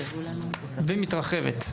ומתרחבת.